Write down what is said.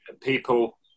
people